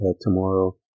tomorrow